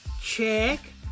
Check